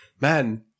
Man